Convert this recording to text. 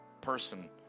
person